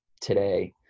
today